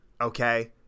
Okay